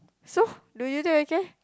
so do you think I care